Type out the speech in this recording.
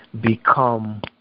become